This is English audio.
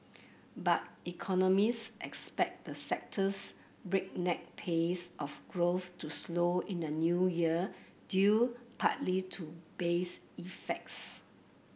but economist expect the sector's breakneck pace of growth to slow in the New Year due partly to base effects